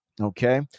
okay